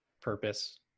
purpose